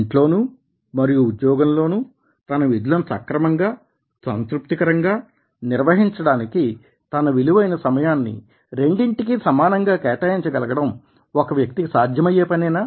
ఇంట్లోనూ మరియు ఉద్యోగం లోనూ తన విధులని సక్రమంగా సంతృప్తికరంగా నిర్వహించడానికి తన విలువైన సమయాన్ని రెండింటికీ సమానంగా కేటాయించ గలగడం ఒక వ్యక్తికి సాధ్యమయ్యే పనేనా